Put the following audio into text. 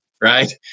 right